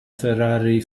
ferrari